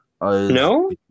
No